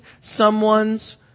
someone's